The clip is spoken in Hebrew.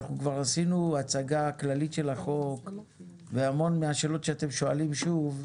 אנחנו כבר עשינו הצגה כללית של החוק והמון מהשאלות שאתם שואלים שוב,